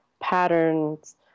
patterns